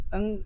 Ang